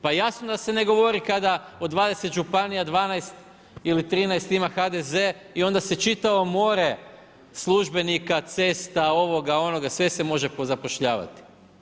Pa jasno je da se ne govori, kada od 20 županija, 12 ili 13 ima HDZ i onda se čitavo more službenika, cesta, ovoga, onoga sve se može pozapošljavati.